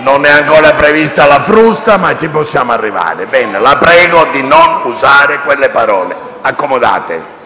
Non è ancora prevista la frusta, ma ci possiamo arrivare. La prego di non usare quelle parole, senatore